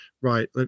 right